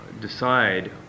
decide